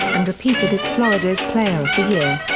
and repeated as florida's player of the year.